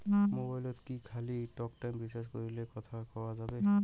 মোবাইলত কি খালি টকটাইম রিচার্জ করিলে কথা কয়া যাবে?